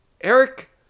Eric